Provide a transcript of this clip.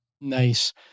nice